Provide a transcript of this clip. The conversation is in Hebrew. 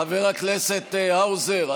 חבר הכנסת האוזר,